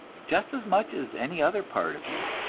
just as much as any other part of you,